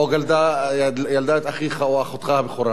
או ילדה את אחיך או את אחותך הבכורה,